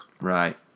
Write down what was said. Right